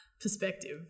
perspective